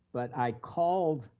but i called,